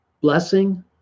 blessing